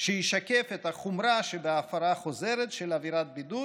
שישקף את החומרה שבהפרה חוזרת של עבירת הבידוד